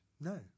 No